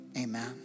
Amen